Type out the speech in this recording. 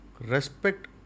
respect